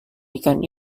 ikan